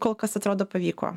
kol kas atrodo pavyko